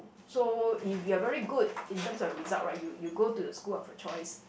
so if you're very good in terms of result right you you go to the school lah of your choice